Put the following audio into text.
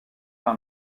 par